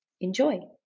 Enjoy